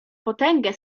potęgę